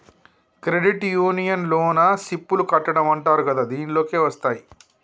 credit union లోన SIP లు కట్టడం అంటరు కదా దీనిలోకే వస్తాయ్